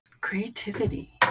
creativity